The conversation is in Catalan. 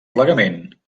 plegament